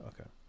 Okay